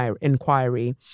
inquiry